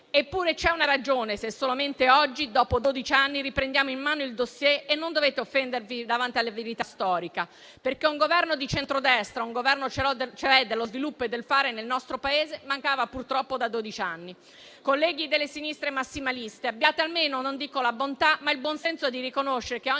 - c'è una ragione se solamente oggi, dopo dodici anni, riprendiamo in mano il *dossier*. Non dovete offendervi davanti alla verità storiche, perché un Governo di centrodestra, cioè un Governo dello sviluppo e del fare, nel nostro Paese mancava purtroppo da dodici anni. Colleghi delle sinistre massimaliste, abbiate almeno non dico la bontà, ma il buonsenso di riconoscere che